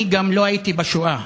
אני לא הייתי בשואה,